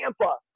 Tampa